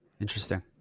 Interesting